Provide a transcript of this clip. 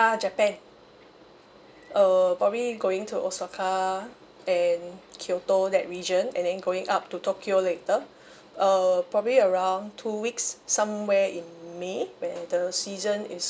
ah japan err probably going to osaka and kyoto that region and then going up to tokyo later err probably around two weeks somewhere in may when the season is